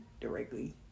directly